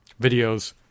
videos